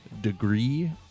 Degree